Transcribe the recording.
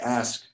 ask